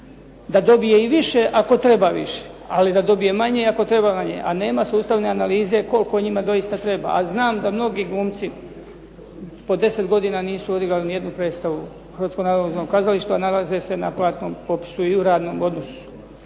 da dobije i više ako treba više, ali da dobije i manje ako treba manje, a nema sustavne analize koliko njima doista treba. A znam da mnogi glumci po deset godina nisu odigrali ni jednu predstavu u Hrvatskom narodnom kazalištu, a nalaze se na platnom popisu i u radnom odnosu.